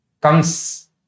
comes